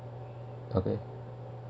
okay